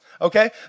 okay